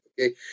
okay